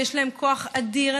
שיש להן כוח אדיר,